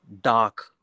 dark